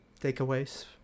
takeaways